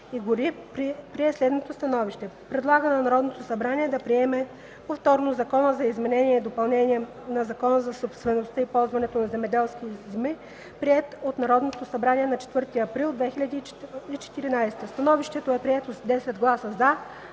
и горите прие следното становище: Предлага на Народното събрание да приеме повторно Закона за изменение и допълнение на Закона за собствеността и ползването на земеделските земи, приет от Народното събрание на 4 април 2014 г. Становището е прието с 10 гласа